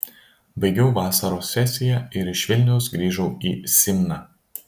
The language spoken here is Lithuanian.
baigiau vasaros sesiją ir iš vilniaus grįžau į simną